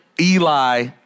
Eli